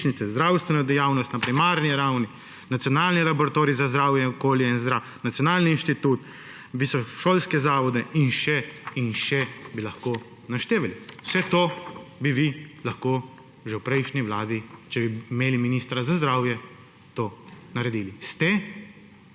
zdravstveno dejavnost na primarni ravni, Nacionalni laboratorij za zdravje, okolje in hrano, Nacionalni inštitut, visokošolske zavode in še in še bi lahko naštevali. Vse to bi vi lahko že v prejšnji vladi, če bi imeli ministra za zdravje, naredili. Ste?